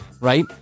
Right